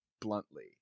bluntly